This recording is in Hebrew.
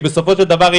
בסופו של דבר,